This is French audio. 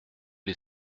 les